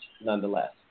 nonetheless